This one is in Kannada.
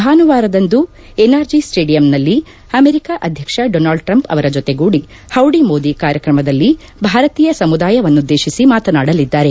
ಭಾನುವಾರದಂದು ಎನ್ಆರ್ಜಿ ಸ್ನೇಡಿಯಂನಲ್ಲಿ ಅಮೆರಿಕ ಅಧ್ಯಕ್ಷ ಡೊನಾಲ್ಡ್ ಟ್ರಂಪ್ ಅವರ ಜೊತೆಗೂಡಿ ಹೌಡಿ ಮೋದಿ ಕಾರ್ಯಕ್ರಮದಲ್ಲಿ ಭಾರತೀಯ ಸಮುದಾಯವನ್ನುದ್ದೇತಿಸಿ ಮಾತನಾಡಲಿದ್ದಾರೆ